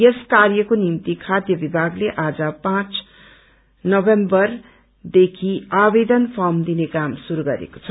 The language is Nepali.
यस कार्यको निम्ति खाध्य विभागले आज पाँच नोमेम्वरदेखि आवेदन फार्म दिने काम श्रुय गरेको छ